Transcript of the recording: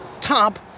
top